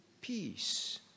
peace